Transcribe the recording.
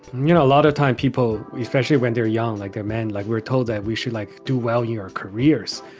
you know, a lot of time people, especially when they're young, like they're men, like we're told that we should, like, do well your careers.